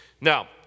Now